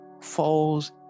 falls